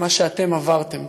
את מה שאתם עברתם.